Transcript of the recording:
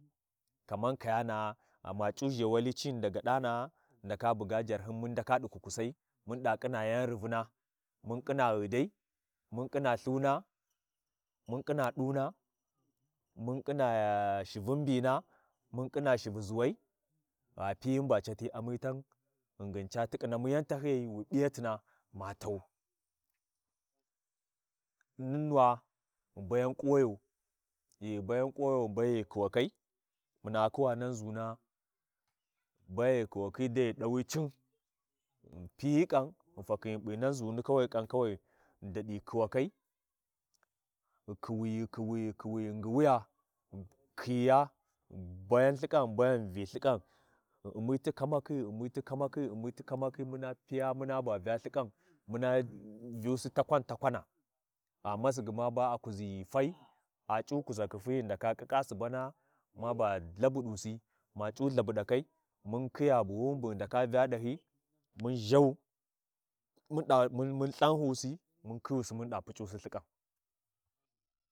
Wa biyi sisai, wu ndaka ba khiya ndangai wa fai kuwai, wa khiya ndangai, wa ʒha ɗighau kuwai, wa buyana Shivin mbana wa Vya ɗahyi, wa biya shiru ʒuwai wa Vya ɗahyi wa biya labasana, wa ɓuya Labasana, sa wa kakhina wa kalthina, wa kalthina, sai wa Vya ɗighan ta shimuna, a tauta a bauta a kauta, a kauta, sai wa biya tsuwara wa Vya ɗahyi tsurari dai buwi bu wi sini a ndaka tikhina hym cini ca yisi yisai wa Vya, sai wa fala, wa U’mma ti cighakhi kuwai, ba a ngwaliya Ci vuwiLtha, sai wa Khiya Yisi yisi ci wi wu Puc’i ɗi--- patana wuti, wa khiltha, sai wa biya tsuwara, wa Vyau, wo- wa- wa- wa- wa reguuʒa, ghingin ghan wa P’a zikhiyi ɗahyi wa C’uu busakhiʒa, wa busiLthi, ba ci basiLthi kwas kwas, wu kwasiLthi sosai ci kwasiLtha Yauwa, Sai wa Khiyau wa Vyuʒi ɗahyi, wa vyi ɗahyi ta tsuwari ɗi kuwi ɗi dangai, sai wa U’mma ti cighathi kuwi wa U’mma fi Cighakhi kuwi wa ‘mma ti Cighakhi kuwi, sai waɗa khiya en- en en yani bu- bu- bu kwai.